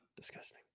Disgusting